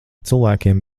cilvēkiem